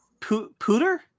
Pooter